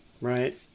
Right